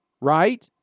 right